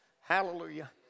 hallelujah